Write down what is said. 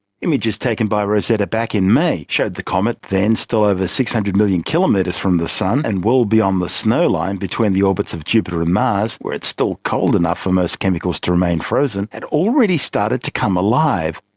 images taken by rosetta back in may showed the comet, then still over six hundred million kilometres from the sun and well beyond the snow line between the orbits of jupiter and mars where it's still cold enough for most chemicals to remain frozen, had already started to come alive.